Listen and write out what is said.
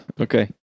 Okay